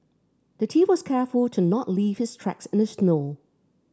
the thief was careful to not leave his tracks in the snow